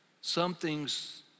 something's